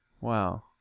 wow